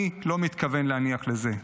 אני לא מתכוון להניח לזה.